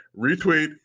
Retweet